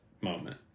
moment